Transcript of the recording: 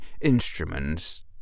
instruments